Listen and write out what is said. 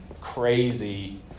crazy